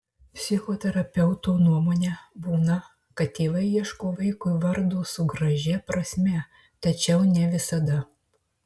psichoterapeuto nuomone būna kad tėvai ieško vaikui vardo su gražia prasme tačiau ne visada